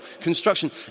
construction